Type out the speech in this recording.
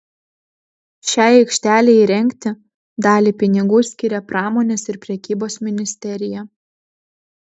šiai aikštelei įrengti dalį pinigų skiria pramonės ir prekybos ministerija